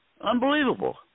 Unbelievable